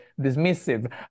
dismissive